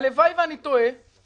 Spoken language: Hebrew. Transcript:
הלוואי שאני טועה.